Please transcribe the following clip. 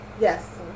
yes